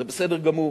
זה בסדר גמור.